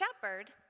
shepherd